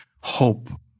hope